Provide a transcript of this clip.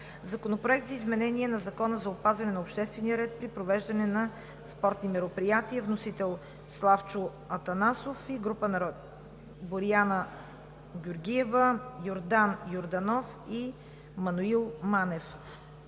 Законопроект за изменение на Закона за опазване на обществения ред при провеждане на спортни мероприятия. Вносител – Славчо Атанасов, Боряна Георгиева, Йордан Йорданов и Маноил Манев.